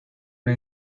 una